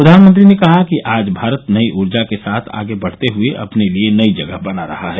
प्रधानमंत्री ने कहा कि आज भारत नई ऊर्जा के साथ आगे बढ़ते हए अपने लिए नई जगह बना रहा है